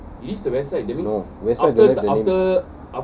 no west side don't have the name